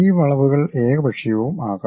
ഈ വളവുകൾ ഏകപക്ഷീയവും ആകാം